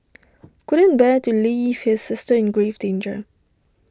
couldn't bear to leave his sister in grave danger